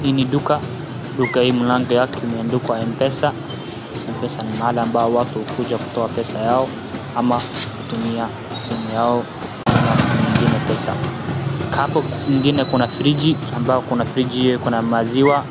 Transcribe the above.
Hii ni duka, duka hii mlango yake imeandikwa Mpesa .mpesa ni mahali ambao watu hukuja kutoa pesa yao ama kutumia simu yao kutuma mtu mwingine pesa. Hapo kwingine kuna friji ambayo kuna friji iko na maziwa